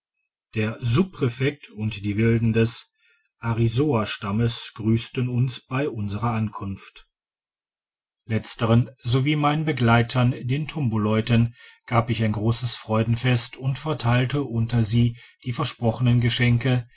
der subpräfekt und die wilden des arisoastammes grüssten uns bei unserer ankunft digitized by google letzteren sowie meinen begleitern den tomboleuten gab ich ein grosses freudenfest und verteilte unter sie die versprochenen geschenke